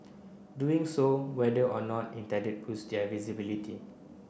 doing so whether or not intended boost their visibility